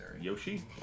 Yoshi